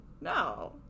no